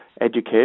education